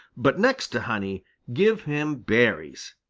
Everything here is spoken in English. but next to honey give him berries.